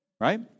right